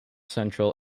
central